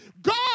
God